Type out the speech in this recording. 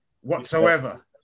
whatsoever